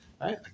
Right